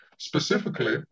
Specifically